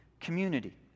community